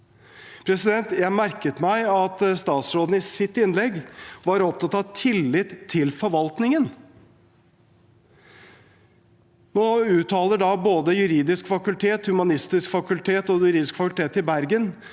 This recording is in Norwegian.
staten.» Jeg merket meg at statsråden i sitt innlegg var opptatt av tillit til forvaltningen. Nå uttaler både juridisk fakultet og humanistisk fakultet i Oslo og juridisk fakultet i Bergen